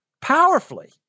powerfully